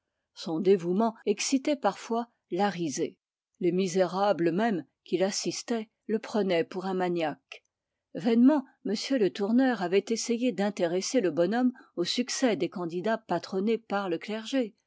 son dévouement excitait parfois la risée les misérables qu'il assistait le prenaient pour un maniaque vainement m le tourneur avait essayé d'intéresser le bonhomme au succès des candidats patronnés par le clergé